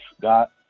got